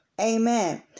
Amen